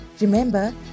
remember